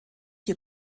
you